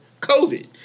COVID